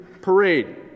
parade